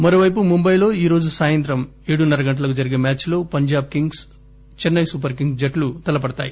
మరోపైపు ముంబైలో ఈ రోజు సాయంత్రం ఏడున్నర గంటలకు జరిగే మ్యాచ్ లో పంజాబ్ కింగ్స్ సూపర్ కింగ్స్ జట్లు తలపడతాయి